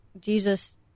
Jesus